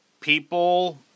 people